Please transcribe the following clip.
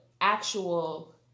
actual